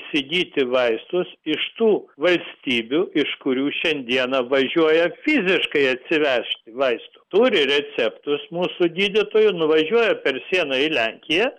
įsigyti vaistus iš tų valstybių iš kurių šiandieną važiuoja fiziškai atsivešt vaistų turi receptus mūsų gydytojų nuvažiuoja per sieną į lenkiją